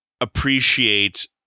appreciate